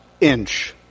inch